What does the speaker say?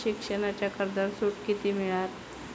शिक्षणाच्या कर्जावर सूट किती मिळात?